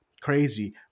crazy